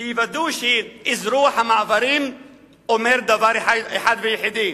שיוודאו שאזרוח המעברים אומר דבר אחד ויחיד: